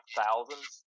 thousands